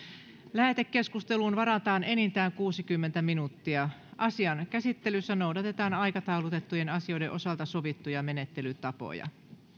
lähetekeskusteluun varataan enintään kuusikymmentä minuuttia asian käsittelyssä noudatetaan aikataulutettujen asioiden osalta sovittuja menettelytapoja